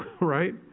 Right